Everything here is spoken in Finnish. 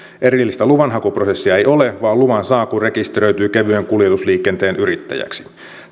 erillistä luvanhakuprosessia ei ole vaan luvan saa kun rekisteröityy kevyen kuljetusliikenteen yrittäjäksi